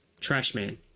Trashman